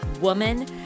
Woman